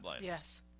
Yes